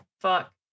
Fuck